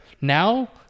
Now